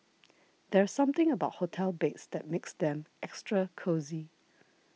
there's something about hotel beds that makes them extra cosy